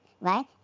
right